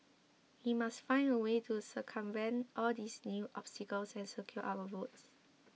he must find a way to circumvent all these new obstacles and secure our votes